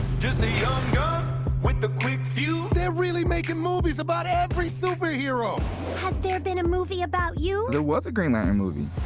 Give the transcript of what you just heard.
just a young gun with a quick fuse they're really making movies about every superhero. has there been a movie about you? there was a green lantern movie.